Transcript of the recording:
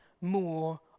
more